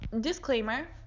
disclaimer